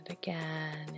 Again